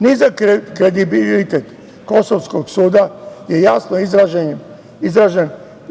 Nizak kredibilitet kosovskog suda je jasno izražen